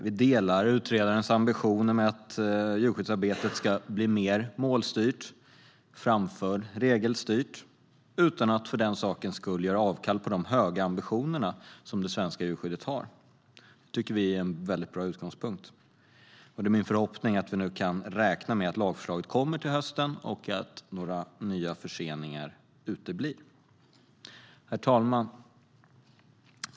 Vi delar utredarens ambitioner om att djurskyddsarbetet ska bli mer målstyrt än regelstyrt utan att man för den sakens skull gör avkall på de höga ambitioner som man har för det svenska djurskyddet. Det tycker vi är en mycket bra utgångspunkt. Det är min förhoppning att vi nu kan räkna med att lagförslaget kommer till hösten och att nya förseningar uteblir. Herr talman!